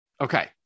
Okay